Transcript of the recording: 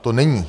To není.